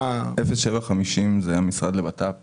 07-50 זה המשרד לביטחון פנים.